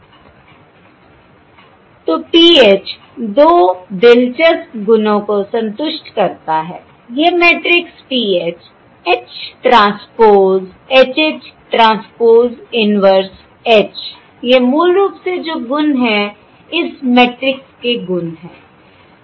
तो PH दो दिलचस्प गुणों को संतुष्ट करता है यह matrix PH H transpose H H transpose inverse H यह मूल रूप से जो गुण हैं इस मैट्रिक्स के गुण हैं